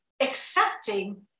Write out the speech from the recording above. Accepting